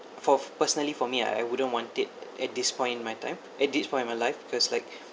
for personally for me I wouldn't want it at this point in my time at this point in my life because like